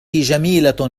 جميلة